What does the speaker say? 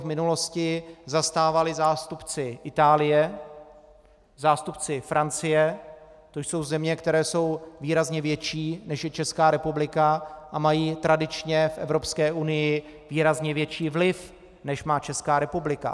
To portfolio v minulosti zastávali zástupci Itálie, zástupci Francie, to jsou země, které jsou výrazně větší, než je Česká republika, a mají tradičně v Evropské unii výrazně větší vliv, než má Česká republika.